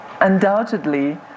undoubtedly